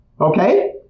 Okay